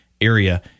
area